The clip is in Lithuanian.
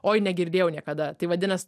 oi negirdėjau niekada tai vadinas